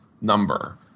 number